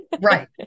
right